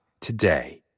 today